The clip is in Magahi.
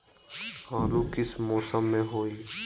आलू किस मौसम में होई?